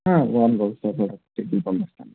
వారం రోజు లోపలషెడ్యూల్ పంపిస్తాం